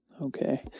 Okay